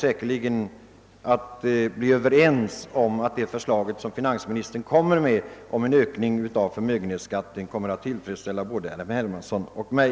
Det förslag om en höjning av förmögenhetsskatten som finansministern kommer att framlägga skall säkert tillfredsställa både herr Hermansson och mig.